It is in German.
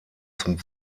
zum